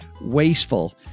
wasteful